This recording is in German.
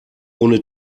ohne